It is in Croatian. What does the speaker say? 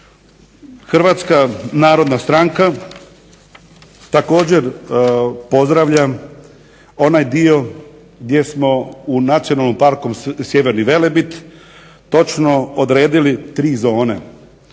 Hrvatska narodna stranka također pozdravlja onaj dio gdje smo u Nacionalnom parku Sjeverni Velebit točno odredili tri zone